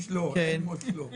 לא נקבל סיוע.